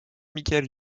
michael